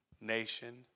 nation